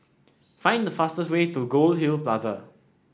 find the fastest way to Goldhill Plaza